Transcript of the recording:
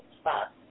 spots